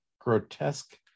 grotesque